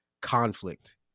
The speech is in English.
conflict